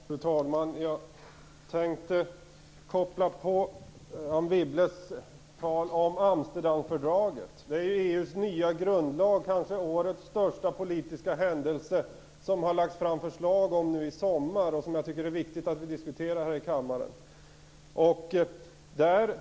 Fru talman! Jag tänkte koppla på Anne Wibbles tal om Amsterdamfördraget. Det är ju EU:s nya grundlag, kanske årets största politiska händelse, som har föreslagits i sommar och som jag tycker är viktigt att vi diskuterar här i kammaren.